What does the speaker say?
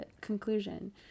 conclusion